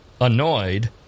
annoyed